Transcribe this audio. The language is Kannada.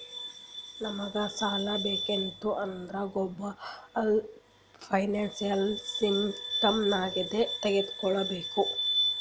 ನಮುಗ್ ಸಾಲಾ ಬೇಕಿತ್ತು ಅಂದುರ್ ಗ್ಲೋಬಲ್ ಫೈನಾನ್ಸಿಯಲ್ ಸಿಸ್ಟಮ್ ನಾಗಿಂದೆ ತಗೋಬೇಕ್